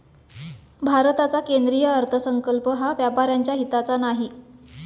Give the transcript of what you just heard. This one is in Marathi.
भारताचा केंद्रीय अर्थसंकल्प हा व्यापाऱ्यांच्या हिताचा नाही